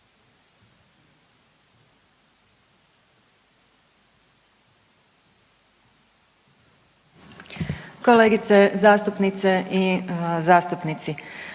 Kolegice zastupnice i zastupnici,